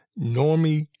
Normie